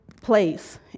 place